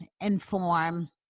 inform